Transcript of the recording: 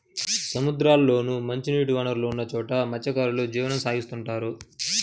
సముద్రాల్లోనూ, మంచినీటి వనరులున్న చోట మత్స్యకారులు జీవనం సాగిత్తుంటారు